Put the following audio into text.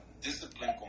discipline